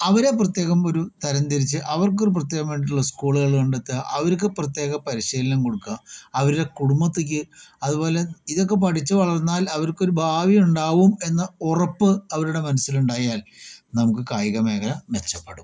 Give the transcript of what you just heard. അവരെ പ്രത്യേകം ഒരു തരം തിരിച്ച് അവർക്കൊരു പ്രത്യേകം വേണ്ടീട്ടുള്ള സ്കൂളുകള് കണ്ടെത്തുക അവർക്ക് പ്രത്യേക പരിശീലനം കൊടുക്കുക അവരുടെ കുടുംബത്തേക്ക് അതുപോലെ ഇതൊക്കെ പഠിച്ച് വളർന്നാൽ അവർക്കൊരു ഭാവിയുണ്ടാവും എന്ന ഉറപ്പ് അവരുടെ മനസ്സിലുണ്ടായാൽ നമുക്ക് കായികമേഖല മെച്ചപ്പെടും